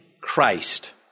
Christ